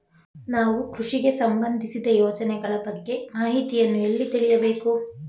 ನಾವು ಕೃಷಿಗೆ ಸಂಬಂದಿಸಿದ ಯೋಜನೆಗಳ ಬಗ್ಗೆ ಮಾಹಿತಿಯನ್ನು ಎಲ್ಲಿ ತಿಳಿಯಬೇಕು?